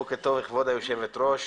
בוקר טוב לכבוד היושבת ראש,